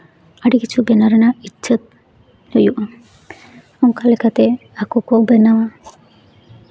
ᱟᱹᱰᱤ ᱠᱤᱪᱷᱩ ᱵᱮᱱᱟᱣ ᱨᱮᱱᱟᱜ ᱤᱪᱪᱷᱟᱹ ᱦᱩᱭᱩᱜᱼᱟ ᱚᱱᱠᱟ ᱞᱮᱠᱟᱛᱮ ᱟᱠᱚ ᱠᱚ ᱵᱮᱱᱟᱣᱟ